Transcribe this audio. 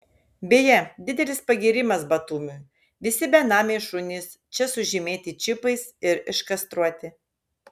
beje didelis pagyrimas batumiui visi benamiai šunys čia sužymėti čipais ir iškastruoti